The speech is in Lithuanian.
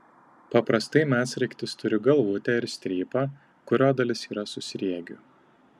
paprastai medsraigtis turi galvutę ir strypą kurio dalis yra su sriegiu